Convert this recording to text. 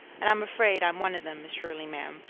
and i'm afraid i'm one of them, miss shirley, ma'am,